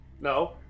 No